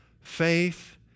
faith